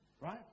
right